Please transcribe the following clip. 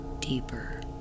Deeper